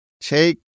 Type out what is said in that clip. Take